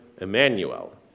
Emmanuel